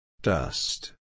Dust